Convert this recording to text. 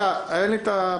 שנייה, אין לי את הפטיש.